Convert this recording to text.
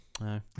No